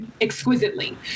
exquisitely